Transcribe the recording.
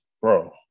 Bro